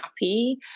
happy